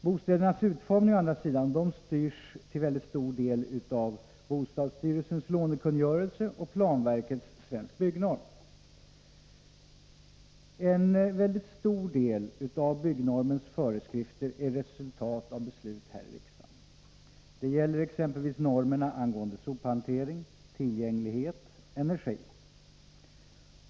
Bostädernas utformning styrs till stor del av bostadsstyrelsens lånekungörelse och planverkets Svensk byggnorm. En mycket stor del av byggnormens föreskrifter är resultat av beslut här i riksdagen. Det gäller exempelvis normerna angående sophantering, tillgänglighet och energi.